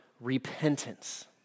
repentance